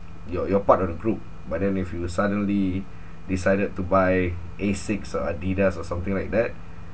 you're you're part of the group but then if you suddenly decided to buy asics or adidas or something like that